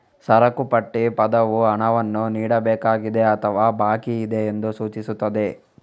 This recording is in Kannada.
ಸರಕು ಪಟ್ಟಿ ಪದವು ಹಣವನ್ನು ನೀಡಬೇಕಾಗಿದೆ ಅಥವಾ ಬಾಕಿಯಿದೆ ಎಂದು ಸೂಚಿಸುತ್ತದೆ